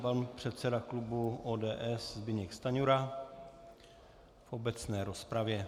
Pan předseda klubu ODS Zbyněk Stanjura v obecné rozpravě.